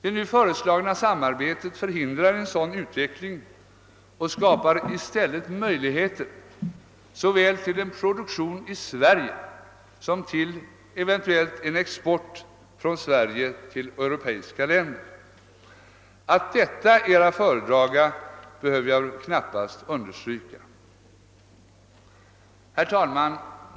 Det nu föreslagna samarbetet förhindrar en sådan utveckling och skapar i stället möjligheter såväl till en produktion i Sverige som till en eventueli export från Sverige till europeiska länder. Att detta är att föredra behöver jag väl knappast understryka.